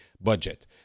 budget